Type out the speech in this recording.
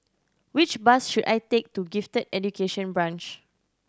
which bus should I take to Gifted Education Branch